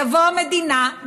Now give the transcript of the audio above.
תבוא המדינה,